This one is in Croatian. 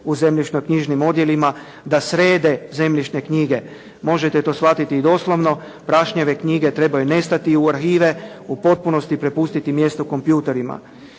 u zemljišno-knjižnim odjelima da srede zemljišne knjige. Možete to shvatiti i doslovno. Prašnjave knjige trebaju nestati u arhive. U potpunosti prepustiti mjesto kompjutorima.